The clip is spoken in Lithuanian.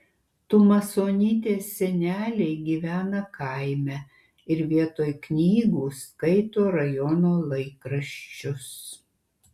tumasonytės seneliai gyvena kaime ir vietoj knygų skaito rajono laikraščius